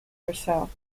yourself